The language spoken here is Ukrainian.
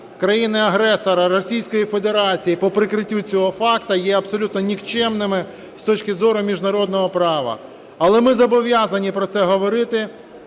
країни-агресора Російської Федерації по прикриттю цього факту є абсолютно нікчемними з точки зору міжнародного права. Але ми зобов'язані про це говорити,